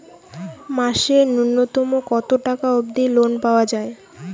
মাসে নূন্যতম কতো টাকা অব্দি লোন পাওয়া যায়?